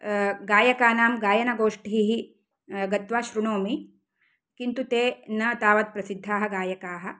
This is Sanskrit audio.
गायकानां गायनगोष्ठीः गत्वा शृणोमि किन्तु ते न तावत् प्रसिद्धाः गायकाः